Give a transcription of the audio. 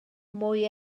mwy